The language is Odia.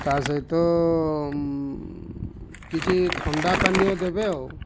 ତା ସହିତ କିଛି ଥଣ୍ଡା ପାନୀୟ ଦେବେ ଆଉ